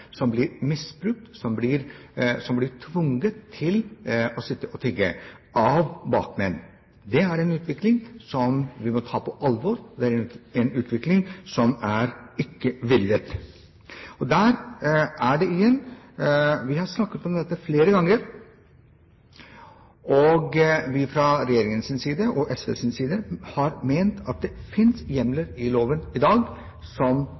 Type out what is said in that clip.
som blir misbrukt, som blir tvunget til å sitte og tigge av bakmenn. Det er en utvikling som vi må ta på alvor. Det er en utvikling som ikke er villet. Vi har snakket om dette flere ganger, og fra regjeringens og SVs side har vi ment at det finnes hjemler i loven i dag som